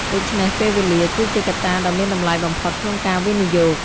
ដូច្នេះ ពេលវេលា គឺជាកត្តាដ៏មានតម្លៃបំផុតក្នុងការវិនិយោគ។